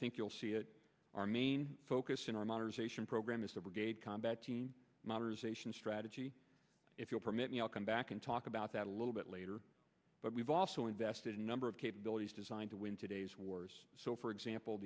think you'll see it our main focus in our modernization program is a brigade combat team modernization strategy if you'll permit me i'll come back and talk about that a little bit later but we've also invested in a number of capabilities designed to win today's wars so for example